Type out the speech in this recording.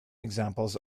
examples